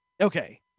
Okay